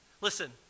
Listen